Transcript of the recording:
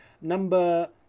Number